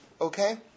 Okay